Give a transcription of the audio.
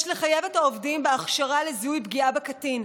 יש לחייב את העובדים בהכשרה לזיהוי פגיעה בקטין.